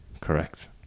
correct